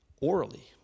orally